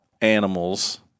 animals